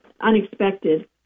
unexpected